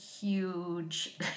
huge